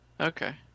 Okay